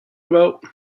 about